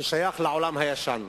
ששייך לעולם הישן,